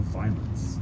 violence